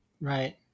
Right